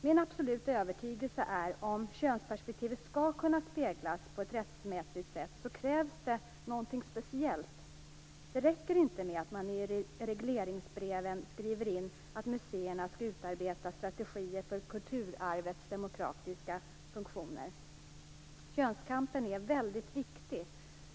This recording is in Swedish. Min absoluta övertygelse är att om könsperspektivet skall kunna speglas på ett riktigt sätt, krävs det något speciellt. Det räcker inte med att man i regleringsbreven skriver in att museerna skall utarbeta strategier för kulturarvets demokratiska funktioner. Könskampen är väldigt viktig.